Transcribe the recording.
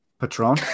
Patron